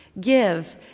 Give